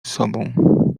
sobą